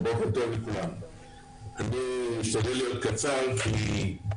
בוקר טוב לכולם, אני יורם זבה,